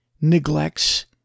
neglects